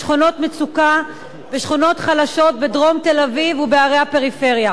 צעד זה וחקיקה זו ייצרו הרתעה